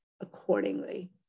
accordingly